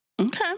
okay